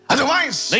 Otherwise